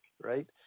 right